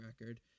record